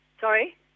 Sorry